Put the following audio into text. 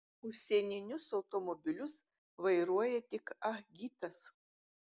užsieninius automobilius vairuoja tik ah gitas